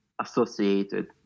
associated